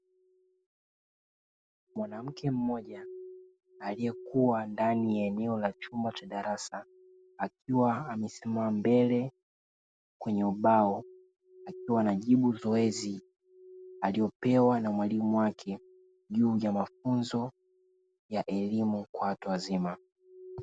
Mwanamke mmoja aliyekuwa ndani ya eneo la chumba cha darasa, akiwa amesimama mbele kwenye ubao akiwa anajibu zoezi aliyopewa na mwalimu wake juu ya mafunzo ya elimu ya watu wazima.